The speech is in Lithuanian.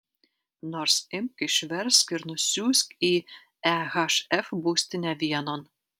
nors imk išversk ir nusiųsk į ehf būstinę vienon